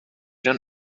then